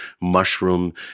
mushroom